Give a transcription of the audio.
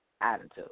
attitude